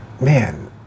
Man